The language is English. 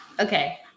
Okay